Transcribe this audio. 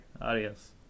Adios